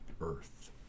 earth